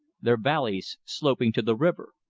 their valleys sloping to the river.